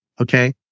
Okay